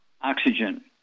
oxygen